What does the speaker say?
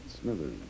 Smithers